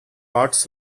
arts